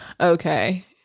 Okay